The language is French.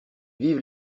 vivent